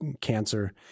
cancer